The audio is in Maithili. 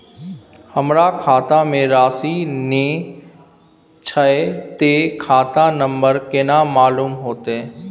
हमरा खाता में राशि ने छै ते खाता नंबर केना मालूम होते?